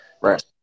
Right